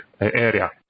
area